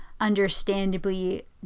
understandably